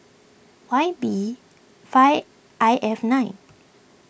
Y B five I F nine